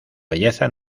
belleza